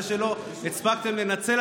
זה שלא הספקתם לנצל,